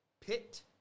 pit